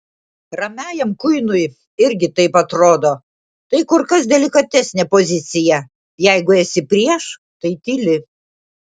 ramiajam kuinui irgi taip atrodo tai kur kas delikatesnė pozicija jeigu esi prieš tai tyli